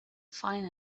fine